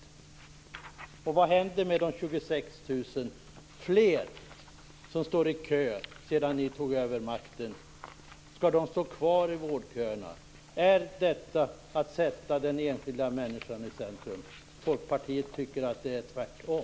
Vad händer med de 26 000 som har hamnat i kö sedan ni tog över makten? Skall de stå kvar i vårdköerna? Är detta att sätta den enskilda människan i centrum? Folkpartiet tycker att det är tvärtom?